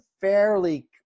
fairly